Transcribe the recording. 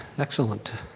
excellent.